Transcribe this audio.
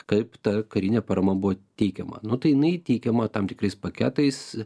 kaip ta karinė parama buvo teikiama nu tai jinai teikiama tam tikrais paketais